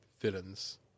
villains